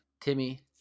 Timmy